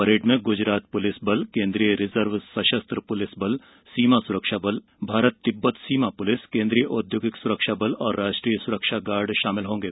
parade में Gujarat police बल केंद्रीय रिजर्व सशस्त्र पुलिस बल सीमा सुरक्षाबल भारत तिब्बत सीमा पुलिस केंद्रीय औद्योगिक सुरक्षा बल और राष्ट्रीय सुरक्षा गार्ड शामिल होंगे